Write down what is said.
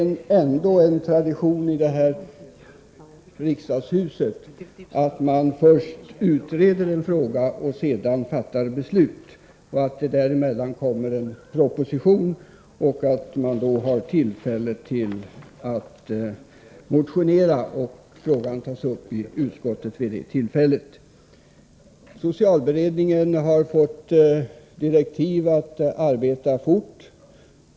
Är det ändå inte tradition i riksdagshuset att man först utreder en fråga och sedan fattar beslut! Mellan dessa två moment framläggs en proposition, riksdagsledamöterna ges tillfälle att motionera och de olika förslagen tas sedan upp i resp. utskott. Socialberedningen har fått direktiv att arbeta fort.